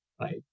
right